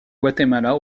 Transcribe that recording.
guatemala